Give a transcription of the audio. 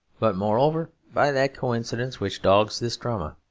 but, moreover, by that coincidence which dogs this drama,